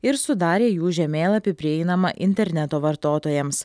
ir sudarė jų žemėlapį prieinamą interneto vartotojams